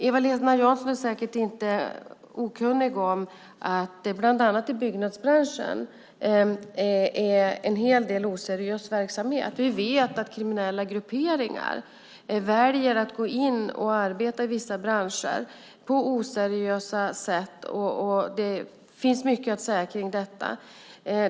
Eva-Lena Jansson är säkert inte okunnig om att det bland annat i byggbranschen finns en hel del oseriös verksamhet. Vi vet att kriminella grupperingar väljer att gå in och arbeta i vissa branscher på oseriösa sätt. Det finns mycket att säga om detta.